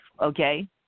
okay